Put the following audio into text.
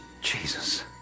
Jesus